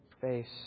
face